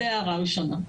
זו הערה ראשונה.